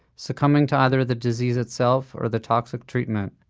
succumbing to either the disease itself or the toxic treatment.